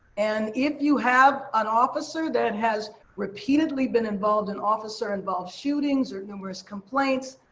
and if you have an officer that has repeatedly been involved in officer-involved shootings or numerous complaints,